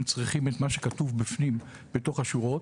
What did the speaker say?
צריכים את מה שכתוב בפנים בתוך השורות,